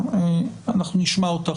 אנחנו נשמע אותך.